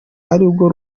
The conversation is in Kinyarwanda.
arirwo